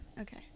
Okay